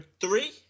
three